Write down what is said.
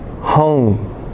Home